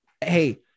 hey